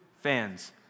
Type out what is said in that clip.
fans